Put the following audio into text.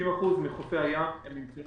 30% מחופי הים נמצאים